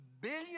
billion